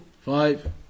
five